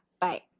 Bye